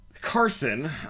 Carson